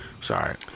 Sorry